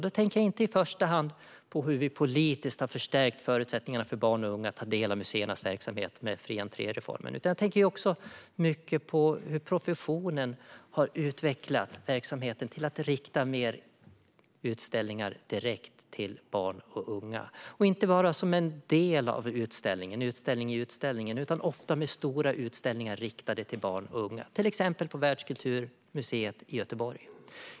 Då tänker jag inte i första hand på hur vi politiskt har förstärkt förutsättningarna för barn och unga att ta del av museernas verksamhet med reformen med fri entré utan också på hur professionen har utvecklat verksamheten till att rikta fler utställningar direkt till barn och unga och inte bara som en del av en utställning, en utställning i utställningen, utan ofta med stora utställningar riktade till barn och unga, till exempel på Världskulturmuseet i Göteborg.